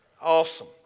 Awesome